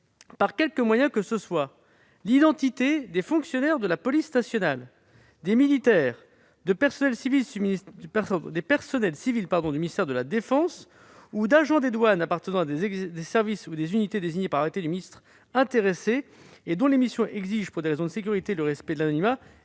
par quelque moyen d'expression que ce soit, l'identité des fonctionnaires de la police nationale, de militaires, de personnels civils du ministère de la défense ou d'agents des douanes appartenant à des services ou unités désignés par arrêté du ministre intéressé et dont les missions exigent, pour des raisons de sécurité, le respect de l'anonymat,